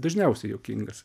dažniausiai juokingas